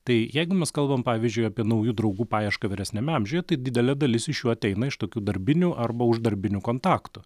tai jeigu mes kalbam pavyzdžiui apie naujų draugų paiešką vyresniame amžiuje tai didelė dalis iš jų ateina iš tokių darbinių arba uždarbinių kontaktų